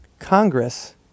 Congress